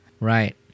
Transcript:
Right